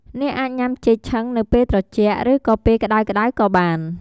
អ្នកអាចញុំាចេកឆឹងនៅពេលត្រជាក់ ឬក៏ពេលក្តៅៗក៏បាន។